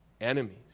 enemies